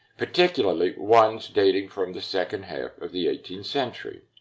particularly ones dating from the second half of the eighteenth century.